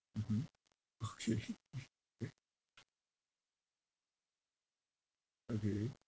mmhmm okay okay